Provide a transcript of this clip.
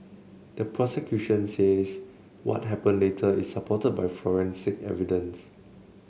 the prosecution says what happened later is supported by forensic evidence